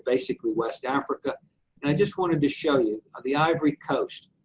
basically west africa and i just wanted to show you the ivory coast,